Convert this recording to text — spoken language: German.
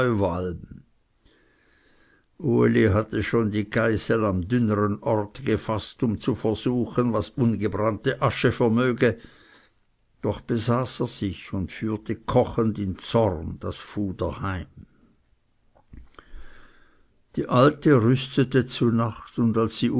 uli hatte schon die geißel am dünnern ort gefaßt um zu versuchen was ungebrannte asche vermöge doch besaß er sich und führte kochend in zorn das fuder heim die alte rüstete zu nacht und als sie